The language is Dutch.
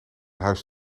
huis